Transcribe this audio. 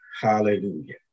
Hallelujah